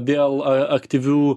dėl aktyvių